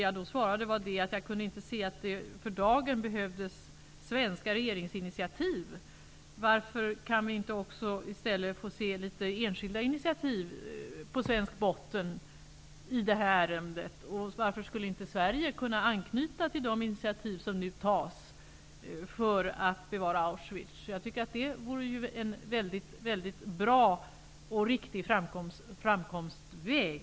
Jag kan inte se att det för dagen behövs svenska regeringsinitiativ. Varför kan vi inte i stället få se enskilda initiativ på svensk basis i det här ärendet? Varför skulle inte Sverige kunna anknyta till de initiativ som nu tas för att bevara Auschwitz? Det vore en väldigt bra och riktig framkomstväg.